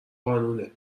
قانونه